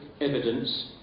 evidence